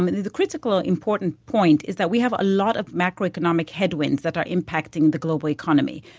but the the critical important point is that we have a lot of macroeconomic headwinds that are impacting the global economy.